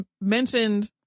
mentioned